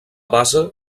base